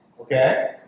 okay